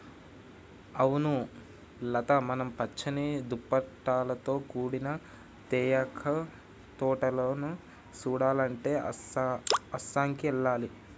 అవును లత మనం పచ్చని దుప్పటాలతో కూడిన తేయాకు తోటలను సుడాలంటే అస్సాంకి ఎల్లాలి